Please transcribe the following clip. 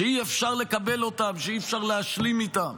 שאי-אפשר לקבל אותם, שאי-אפשר להשלים איתם.